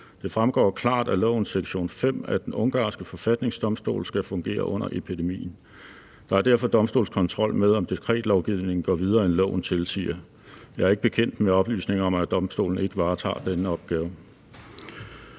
Det fremgår klart af lovens sektion 5, at den ungarske forfatningsdomstol skal fungere under epidemien. Der er derfor domstolskontrol med, om dekretlovgivningen går videre, end loven tilsiger. Jeg er ikke bekendt med oplysninger om, at domstolen ikke varetager denne opgave.